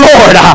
Lord